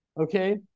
okay